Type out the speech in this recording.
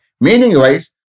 Meaning-wise